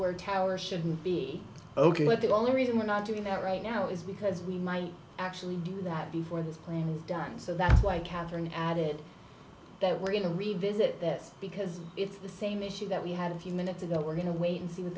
where towers shouldn't be ok but the only reason we're not doing that right now is because we might actually do that before this plan was done so that's why katherine added that we're going to revisit this because it's the same issue that we had a few minutes ago we're going to wait and see what